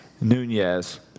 Nunez